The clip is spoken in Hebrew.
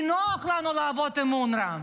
כי נוח לנו לעבוד עם אונר"א,